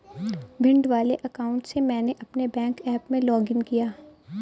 भिंड वाले अकाउंट से मैंने अपने बैंक ऐप में लॉग इन किया